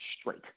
straight